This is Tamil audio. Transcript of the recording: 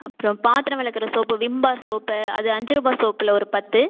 அப்புறோம் பாத்திரம் விளக்குற சோப்பு விம்பார் சோப்பு அது அஞ்சு ரூபா சோப்பில் ஒரு பத்து